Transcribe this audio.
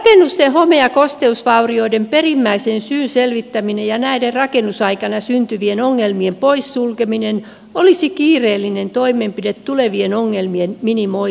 rakennusten home ja kosteusvaurioiden perimmäisen syyn selvittäminen ja näiden rakennusaikana syntyvien ongelmien poissulkeminen olisi kiireellinen toimenpide tulevien ongelmien minimoimiseksi